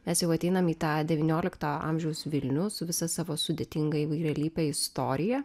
mes jau ateinam į tą devyniolikto amžiaus vilnių su visa savo sudėtinga įvairialype istorija